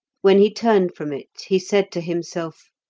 when he turned from it, he said to himself,